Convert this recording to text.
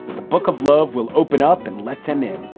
the book of love will open up and let them in.